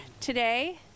today